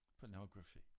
pornography